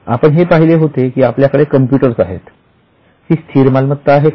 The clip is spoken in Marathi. आपण हे पाहिले होते की आपल्याकडे कम्प्युटर्स आहेत ती स्थिर मालमत्ता आहे का